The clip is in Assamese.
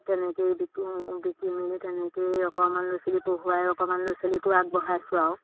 তেনেকৈয়ে বিকোঁ বিকি মেলি তেনেকৈয়ে অকণমান ল'ৰা ছোৱালী পঢ়ুৱাই অকণমান ল'ৰা ছোৱালীকো আগবঢ়াইছোঁ আৰু